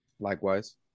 Likewise